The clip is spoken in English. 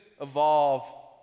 evolve